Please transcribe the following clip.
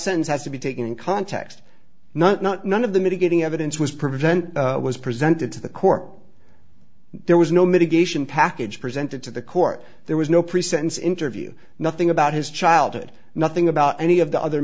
sentence has to be taken in context not none of the mitigating evidence was prevent was presented to the court there was no mitigation package presented to the court there was no pre sentence interview nothing about his childhood nothing about any of the other